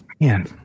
Man